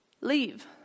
Leave